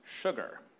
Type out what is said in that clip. sugar